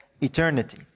eternity